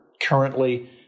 currently